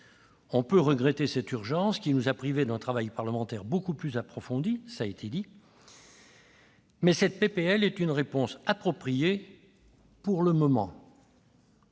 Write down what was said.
On peut regretter cette urgence, qui nous a privés d'un travail parlementaire beaucoup plus approfondi- certains orateurs l'ont déjà dit -, mais ce texte est une réponse appropriée pour le moment.